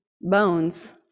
bones